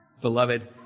beloved